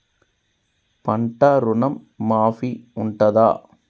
పంట ఋణం మాఫీ ఉంటదా?